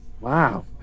Wow